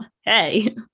hey